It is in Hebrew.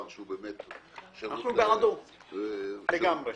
אנחנו בעד, לגמרי.